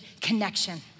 connection